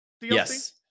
Yes